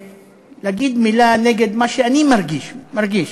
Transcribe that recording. ולהגיד מילה נגד מה שאני מרגיש, מרגיש: